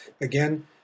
Again